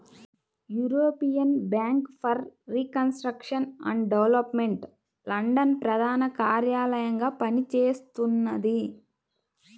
European Bank for Reconstruction and Development London ప్రధాన కార్యాలయంగా పనిచేస్తున్నది